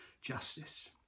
justice